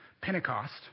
Pentecost